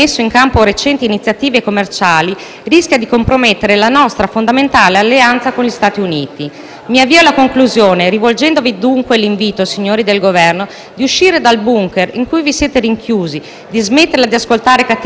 Mi avvio alla conclusione, rivolgendovi l'invito, signori del Governo, di uscire dal *bunker* in cui vi siete rinchiusi, di smetterla di ascoltare cattivi consiglieri e di far riprendere all'Italia il suo ruolo di misura ed equilibrio nello scenario internazionale.